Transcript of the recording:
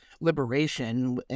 liberation